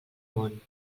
món